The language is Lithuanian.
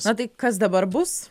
na tai kas dabar bus